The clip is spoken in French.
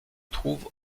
trouve